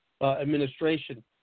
administration